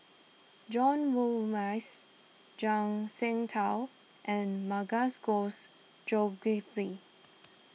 John role Morrice Zhuang Shengtao and Zulkifli